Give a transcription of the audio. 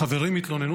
חברים התלוננו